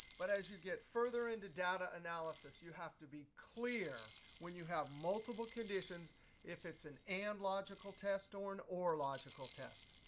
but as you get further into data analysis, you have to be clear when you have multiple conditions if it's an and logical or and or logical test.